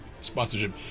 sponsorship